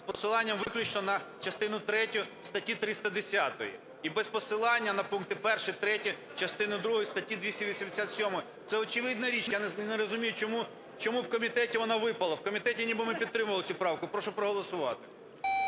з посиланням виключно на частину третю статті 310 і без посилання на пункти 1, 3 частини другої статті 287. Це очевидна річ. Я не розумію, чому у комітеті воно випало, в комітеті ніби ми підтримували цю правку? Прошу проголосувати.